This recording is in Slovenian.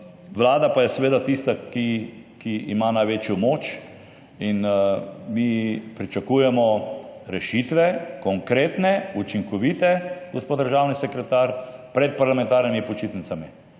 Vlada pa je seveda tista, ki ima največjo moč. Mi pričakujemo rešitve, konkretne, učinkovite, gospod državni sekretar, pred parlamentarnimi počitnicami.